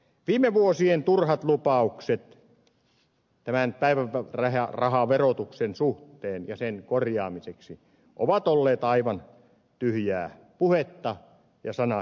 viime vuosien turhat lupaukset tämän päivärahaverotuksen suhteen ja sen korjaamiseksi ovat olleet aivan tyhjää puhetta ja sanahelinää